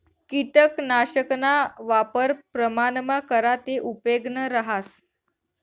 किटकनाशकना वापर प्रमाणमा करा ते उपेगनं रहास